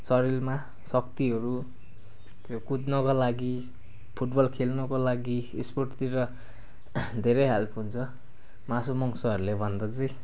शरीरमा शक्तिहरू कुद्नुको लागि फुटबल खेल्नुको लागि स्पोर्टतिर धेरै हेल्प हुन्छ मासु मांसहरूलेभन्दा चाहिँ